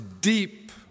deep